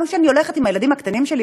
גם כשאני הולכת עם הילדים הקטנים שלי,